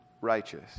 righteous